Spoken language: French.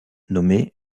nommé